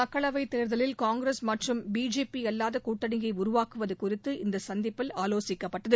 மக்களவைத்தேர்தலில் காங்கிரஸ் மற்றும் பிஜேபி அல்லாத கூட்டணியை உருவாக்குவது குறித்து இந்த சந்திப்பில் ஆலோசிக்கப்பட்டது